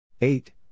Eight